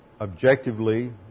objectively